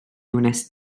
wnest